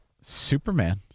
Superman